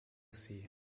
sea